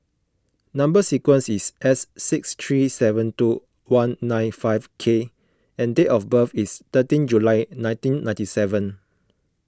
Number Sequence is S six three seven two one nine five K and date of birth is thirteen July nineteen ninety seven